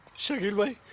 shakeel bhai,